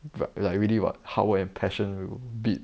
like really [what] hard work and passion will beat